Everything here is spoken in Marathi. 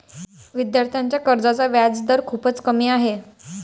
विद्यार्थ्यांच्या कर्जाचा व्याजदर खूपच कमी आहे